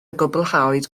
gwblhawyd